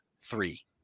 three